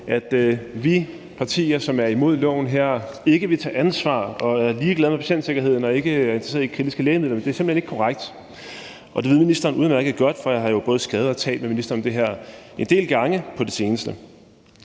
at vi partier, som er imod loven, ikke vil tage ansvar og er ligeglade med patientsikkerheden eller ikke er interesseret i kritiske lægemidler. Det er simpelt hen ikke korrekt, og det ved ministeren udmærket godt, for jeg har jo både skrevet og talt med ministeren om det her en del gange på det seneste.